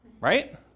right